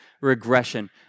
regression